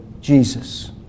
Jesus